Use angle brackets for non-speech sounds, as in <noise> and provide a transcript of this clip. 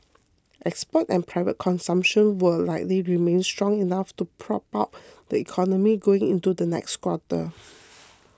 exports and private consumption will likely remain strong enough to prop up the economy going into the next quarter <noise>